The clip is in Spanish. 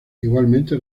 igualmente